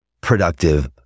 productive